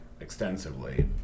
extensively